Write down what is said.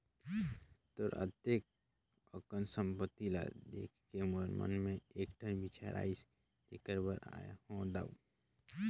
तोर अतेक अकन संपत्ति ल देखके मोर मन मे एकठन बिचार आइसे तेखरे बर आये हो दाऊ